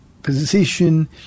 position